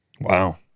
Wow